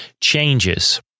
changes